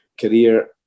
career